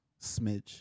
Smidge